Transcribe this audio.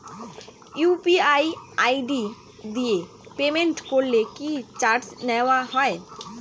UPI ID দিয়ে payment করলে কি চার্জ নেয়া হয়?